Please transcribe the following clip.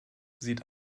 sieht